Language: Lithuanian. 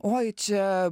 oi čia